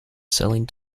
selling